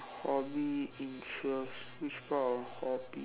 hobby interest which part of hobbies